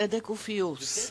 צדק ופיוס,